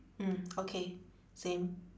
mm okay same